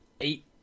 eight